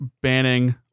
banning